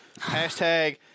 Hashtag